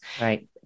Right